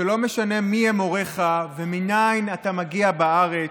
שלא משנה מיהם הוריך ומניין אתה מגיע בארץ,